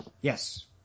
Yes